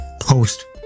post